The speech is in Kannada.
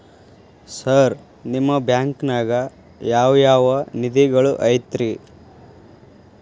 ಸರ್ ನಿಮ್ಮ ಬ್ಯಾಂಕನಾಗ ಯಾವ್ ಯಾವ ನಿಧಿಗಳು ಐತ್ರಿ?